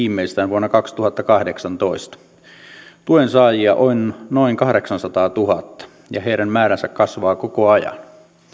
viimeistään vuonna kaksituhattakahdeksantoista tuen saajia on noin kahdeksansataatuhatta ja heidän määränsä kasvaa koko ajan